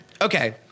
Okay